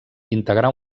integrar